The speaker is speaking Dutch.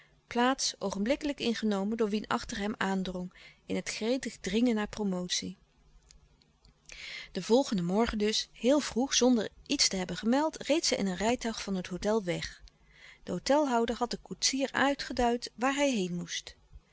plaats oogenblikkelijk ingenomen door wien achter hem aandrong in het gretig dringen naar promotie den volgenden morgen dus heel vroeg zonder iets te hebben gemeld reed zij in een rijtuig van het hôtel weg de hôtelhouder had den koetsier uitgeduid waar hij heen moest